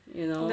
you know